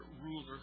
ruler